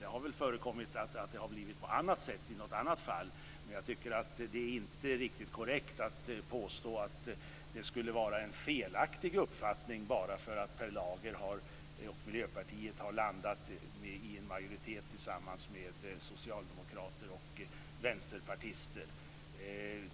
Det har väl förekommit att det har blivit på annat sätt i något annat fall, men det är inte riktigt korrekt att påstå att det skulle vara en felaktig uppfattning bara därför att Per Lager och Miljöpartiet har landat i en majoritet tillsammans med socialdemokrater och vänsterpartister.